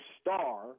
star